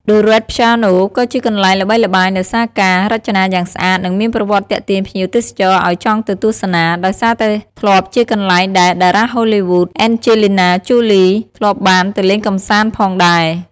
The Red Piano ក៏ជាកន្លែងល្បីល្បាញដោយសារការ រចនាយ៉ាងស្អាត និងមានប្រវត្តិទាក់ទាញភ្ញៀវទេសចរឲ្យចង់ទៅទស្សនា ដោយសារតែធ្លាប់ជាកន្លែងដែល តារាហូលីវូដ អេនជេលីណា ជូលី (Angelina Jolie) ធ្លាប់បានទៅលេងកម្សាន្ត ផងដែរ។